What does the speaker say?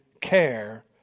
care